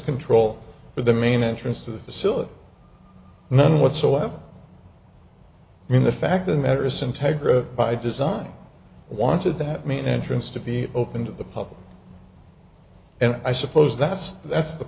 control for the main entrance to the facility none whatsoever i mean the fact of the matter is integra by design wanted that main entrance to be open to the public and i suppose that's that's the